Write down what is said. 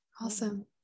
Awesome